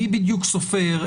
מי בדיוק סופר?